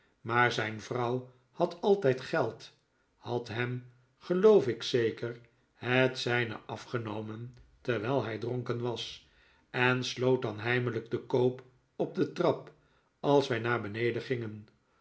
maar zijn vrouw had altijd geld had hem geloof ik zeker het zij ne afgenbmen terwijl hij dronken was en sloot dan heimelijk den koop op de trap als wij iaafbeh'e'den gingen